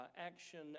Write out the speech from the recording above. action